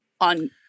on